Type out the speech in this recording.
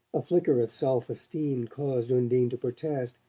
a flicker of self-esteem caused undine to protest.